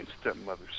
stepmother